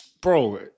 Bro